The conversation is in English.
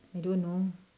I don't know